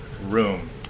room